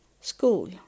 school